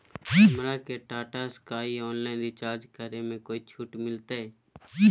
हमरा के Tata Sky online recharge करे में कोई छूट मिलतई